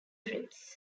trips